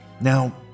Now